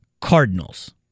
Cardinals